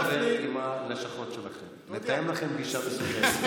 אני אדבר עם הלשכות שלכם ואתאם לכם פגישת ייעוץ,